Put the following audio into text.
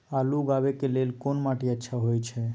आलू उगाबै के लेल कोन माटी अच्छा होय है?